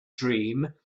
dream